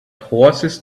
horses